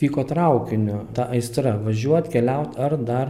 vyko traukiniu ta aistra važiuot keliaut ar dar